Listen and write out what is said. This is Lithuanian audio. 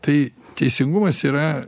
tai teisingumas yra